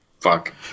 Fuck